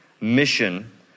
mission